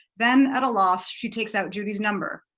then at a loss she takes out judy's number.